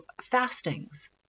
fastings